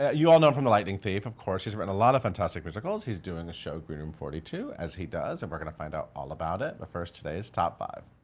you all know him from the lightening thief, of course. he's written a lot of fantastic musicals. he's doing a show at green room forty two, as he does. and we're gonna find out all about it. but first, today's top five.